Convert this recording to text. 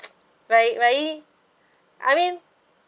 very very I mean